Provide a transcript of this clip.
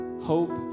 hope